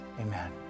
amen